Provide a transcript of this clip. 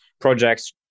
projects